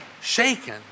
shaken